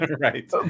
right